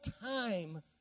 time